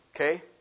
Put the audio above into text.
Okay